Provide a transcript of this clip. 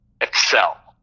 excel